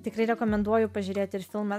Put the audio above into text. tikrai rekomenduoju pažiūrėti filmą